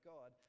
God